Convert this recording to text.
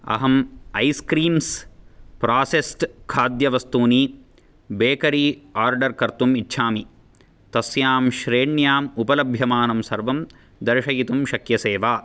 अहं ice creams processed खाद्यवस्तूनि bakery order कर्तुम् इच्छामि तस्यां श्रेण्याम् उपलभ्यमानं सर्वं दर्शयितुं शक्यसे वा